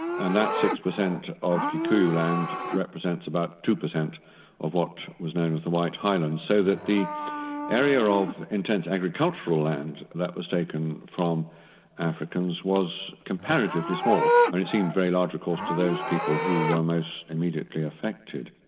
and that six percent of kikuyu land represents about two percent of what was known as the white highlands. so that the area of intense agricultural land that was taken from africans, was comparatively small. i mean it seems very large of course to those people who were most immediately affected.